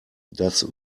das